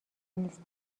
نیست